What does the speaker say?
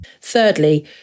Thirdly